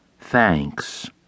Thanks